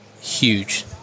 huge